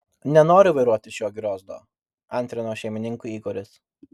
nenoriu vairuoti šito griozdo antrino šeimininkui igoris